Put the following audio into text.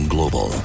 Global